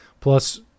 Plus